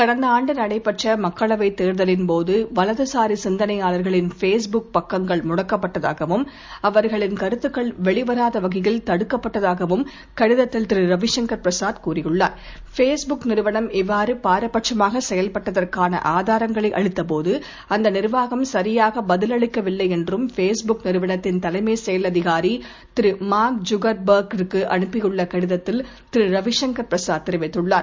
கடந்தஆண்டுநடைபெற்றமக்களவைத்தேர்தலின்போது வலதுசாரிசிந்தனையாளர்களின்பேஸ்புக்பக்கங்கள்முட க்கப்பட்டதாகவும் அவர்களின்கருத்துக்கள்வெளிவராதவகையில்தடுக்கப்ப ட்டதாகவும்கடிதத்தில்திரு ரவிசங்கர்பிரசாத்கூறியுள்ளா ர் பேஸ்புக்நிறுவனம்இவ்வாறுபாரபட்சமாகசெயல்பட்டதற் கானஆதாரங்களைஅளித்தபோது அந்தநிர்வாகம்சரியாகபதிலளிக்கவில்லைஎன்றும்பேஸ் புக்நிறுவனத்தின்தலைமைசெயல்அதிகாரிமார்க்ஜூகர் பெர்க்கிற்குஅனுப்பியுள்ளகடிதத்தில்திரு ரவிசங்கர்பிர சாத்தெரிவித்துள்ளார்